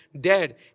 dead